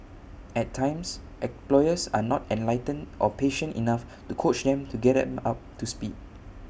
at times employers are not enlightened or patient enough to coach them to get them up to speed